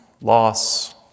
loss